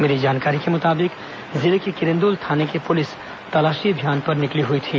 मिली जानकारी के मुताबिक जिले की किरंदुल थाने की पुलिस तलाशी अभियान पर निकली हुई थी